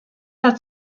hat